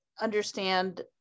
understand